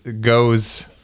goes